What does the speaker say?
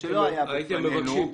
שלא היתה בפנינו -- הייתם מבקשים.